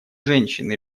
женщин